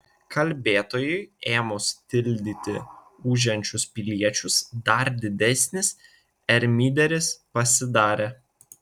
kalbėtojui ėmus tildyti ūžiančius piliečius dar didesnis ermyderis pasidarė